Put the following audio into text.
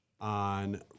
on